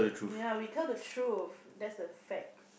yeah we tell the truth that's the fact